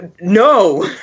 No